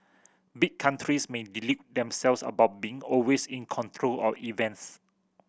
big countries may delude themselves about being always in control of events